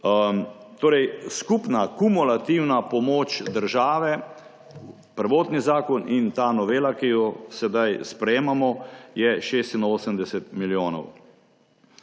videli. Skupna kumulativna pomoč države, prvotni zakon in ta novela, ki jo sedaj sprejemamo, je 86 milijonov.